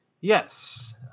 yes